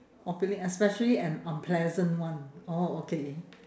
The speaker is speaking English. or feeling especially an unpleasant one orh okay